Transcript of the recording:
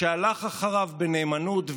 זה רק מראה כמה הממשלה הזאת מנותקת,